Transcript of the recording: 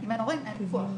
אם אין הורים אין פיקוח.